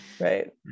right